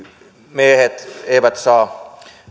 miehet eivät saa